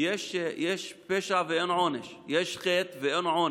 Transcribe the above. יש פשע ואין עונש, יש חטא ואין עונש,